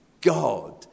God